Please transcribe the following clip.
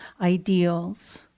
ideals